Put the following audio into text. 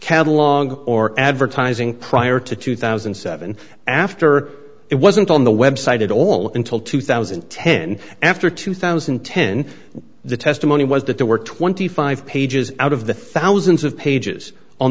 catalogue or advertising prior to two thousand and seven after it wasn't on the website at all until two thousand and ten after two thousand and ten the testimony was that there were twenty five pages out of the thousands of pages on